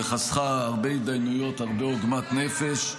-- וחסכה הרבה התדיינויות, הרבה עוגמת נפש.